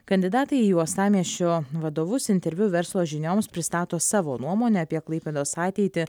kandidatai į uostamiesčio vadovus interviu verslo žinioms pristato savo nuomonę apie klaipėdos ateitį